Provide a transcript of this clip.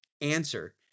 answer